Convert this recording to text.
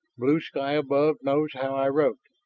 blue sky above knows how i rode.